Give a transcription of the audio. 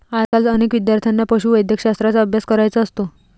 आजकाल अनेक विद्यार्थ्यांना पशुवैद्यकशास्त्राचा अभ्यास करायचा असतो